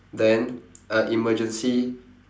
then an emergency